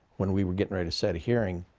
when we were getting ready to set a hearing,